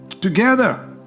together